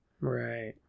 right